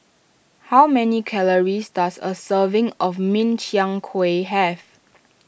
how many calories does a serving of Min Chiang Kueh have